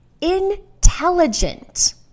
intelligent